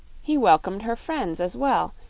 he welcomed her friends as well,